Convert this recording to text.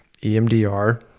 EMDR